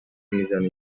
میزنه